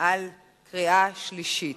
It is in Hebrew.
בקריאה שלישית.